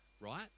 right